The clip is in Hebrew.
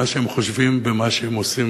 מה שהם חושבים ומה שהם עושים,